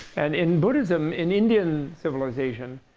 and in buddhism in indian civilization,